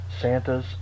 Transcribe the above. Santa's